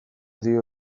dio